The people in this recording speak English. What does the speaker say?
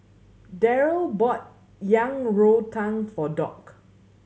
Derald bought Yang Rou Tang for Doc